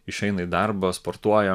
išeina į darbą sportuoja